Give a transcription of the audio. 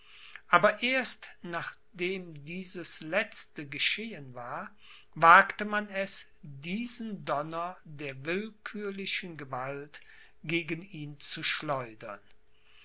aber erst nachdem dieses letzte geschehen war wagte man es diesen donner der willkürlichen gewalt gegen ihn zu schleudern